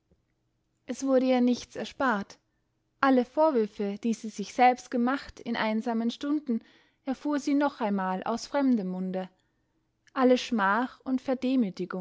es wurde ihr nichts erspart alle vorwürfe die sie sich selbst gemacht in einsamen stunden erfuhr sie noch einmal aus fremdem munde alle schmach und